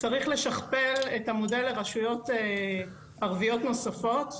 צריך לשכפל את המודל לרשויות ערביות נוספות.